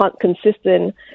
consistent